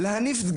מנזר בבית חנינא.